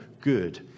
good